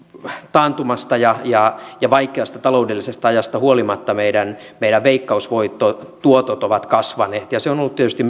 taantumasta ja ja vaikeasta taloudellisesta ajasta huolimatta meidän meidän veikkausvoittotuottomme ovat kasvaneet ja se on ollut tietysti